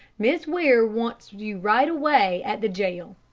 miss ware wants you right away at the jail,